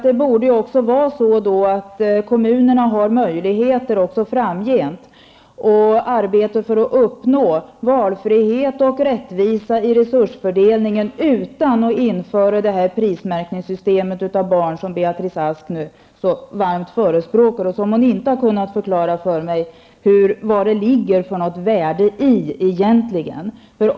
Det borde då också vara så att kommunerna har möjligheter även framgent att arbeta för att uppnå valfrihet och rättvisa i resursfördelningen utan att införa det system med prismärkning av barn som Beatrice Ask varmt förespråkar och som hon inte har kunnat förklara för mig vad det egentligen ligger för värde i.